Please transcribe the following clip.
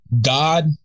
God